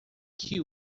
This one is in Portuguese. que